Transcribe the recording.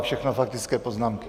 Všechno faktické poznámky.